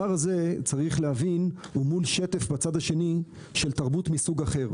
צריך להבין שהדבר הזה הוא מול שטף של תרבות מסוג אחר.